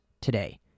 today